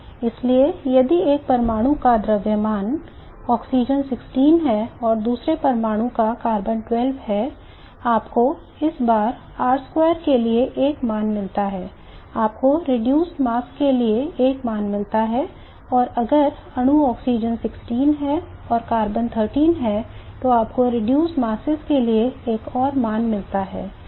इसलिए यदि एक परमाणु का द्रव्यमानऑक्सीजन 16 है और दूसरे परमाणु का कार्बन 12 है आपको इस बार r वर्ग के लिए एक मान मिलता है आपको reduced mass के लिए एक मान मिलता है और अगर अणु ऑक्सीजन 16 और कार्बन 13 तो आपको reduced mass के लिए एक और मान मिलता है